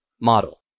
Model